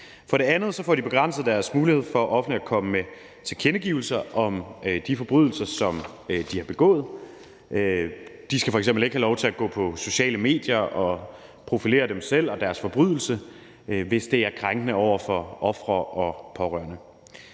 For det andet får de begrænset deres mulighed for offentligt at komme med tilkendegivelser om de forbrydelser, som de har begået. De skal f.eks. ikke have lov til at gå på sociale medier og profilere sig selv og deres forbrydelse, hvis det er krænkende over for ofre og pårørende.